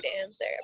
answer